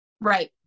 Right